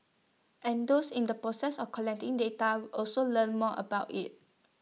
and those in the process of collecting data also learn more about IT